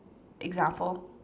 example